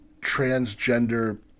transgender